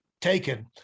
taken